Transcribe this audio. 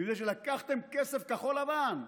מפני שלקחתם כסף כחול-לבן,